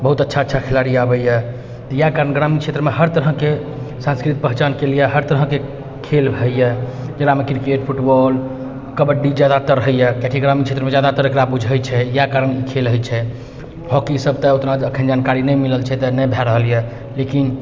बहुत अच्छा अच्छा खेलाड़ी आबैए तऽ इएह कारण ग्रामिण क्षेत्रमे हर तरहके सांस्कृतिक पहिचानके लिए हर तरहके खेल भैइए जकरामे क्रिकेट फुटबॉल कबड्डी जादातर होइए कियाकि ग्राम क्षेत्रमे जादातर एकरा बुझै छै इएह कारण ई खेल होइछै हॉकी सभके तऽ ओतना अखनि जानकारी नहि मिलल छै तऽ नहि भए रहल यऽ लेकिन